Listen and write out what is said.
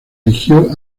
eligió